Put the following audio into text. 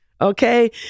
Okay